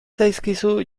zaizkizu